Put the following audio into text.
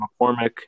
McCormick